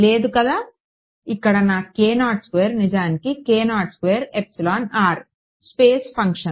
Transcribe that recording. లేదు కదా ఇక్కడ నా నిజానికి స్పేస్ ఫంక్షన్